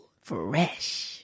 fresh